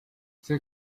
see